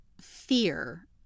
fear